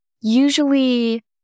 Usually